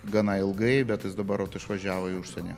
gana ilgai bet jis dabar vat išvažiavo į užsienį